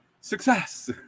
Success